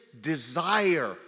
desire